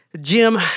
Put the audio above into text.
Jim